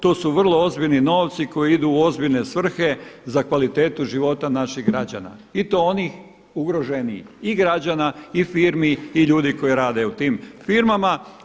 To su vrlo ozbiljni novci koji idu u ozbiljne svrhe za kvalitetu života naših građana i to onih ugroženijih i građana i firmi i ljudi koji rade u tim firmama.